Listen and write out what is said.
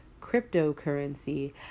cryptocurrency